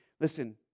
Listen